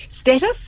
status